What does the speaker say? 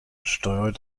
steuert